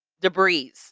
debris